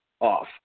off